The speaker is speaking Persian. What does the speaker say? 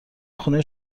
خونه